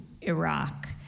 Iraq